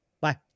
Bye